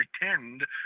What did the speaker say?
pretend